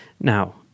Now